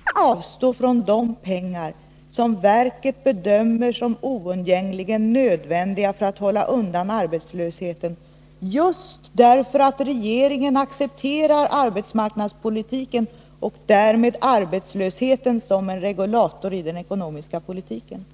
Fru talman! I början av sitt anförande sade Elver Jonsson att arbetslösheten inte kan accepteras som en regulator i den ekonomiska politiken. Jag vill fråga: Hur kan Elver Jonsson säga detta samtidigt som han ställer sig bakom vad regeringen har anfört i kompletteringspropositionen, nämligen att AMS inte kan få de pengar verket begär därför att det finns obalanser i den ekonomiska politiken?